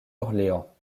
orléans